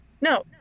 No